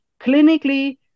Clinically